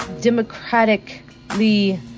democratically